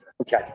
Okay